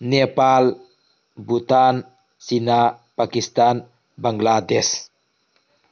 Nepal Bhutan China Pakistan Bangladesh